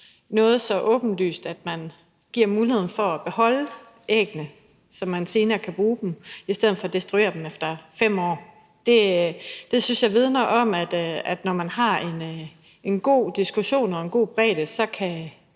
igennem, nemlig at man giver muligheden for at beholde æggene, så man senere kan bruge dem i stedet for at destruere dem efter 5 år. Det synes jeg vidner om, at når man har en god diskussion og en god bredde, så kan